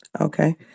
Okay